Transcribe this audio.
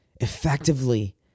effectively